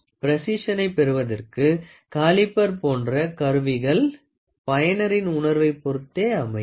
ப்ரெசிஸ்ஸினை பெறுவதற்கு காலிபர் போன்ற கருவிகள் பயனரின் உணர்வைப் பொறுத்தே அமையும்